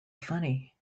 funny